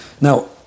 Now